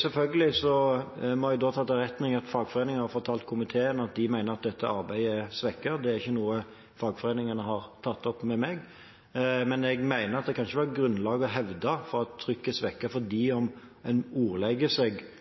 Selvfølgelig må jeg ta til etterretning at fagforeningene har fortalt komiteen at de mener at dette arbeidet er svekket. Det er ikke noe fagforeningene har tatt opp med meg. Men jeg mener at det ikke kan være grunnlag for å hevde at trykket er svekket fordi en ordlegger seg litt ulikt fra det ene oppdragsbrevet til det andre, for